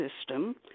system